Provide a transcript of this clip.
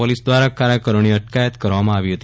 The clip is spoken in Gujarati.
પોલીસ દ્વારા કાર્યકરોની અટકાયત કરવામાં આવી હતી